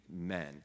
men